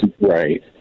Right